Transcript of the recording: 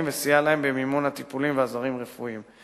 וסייע להם במימון הטיפולים והעזרים הרפואיים.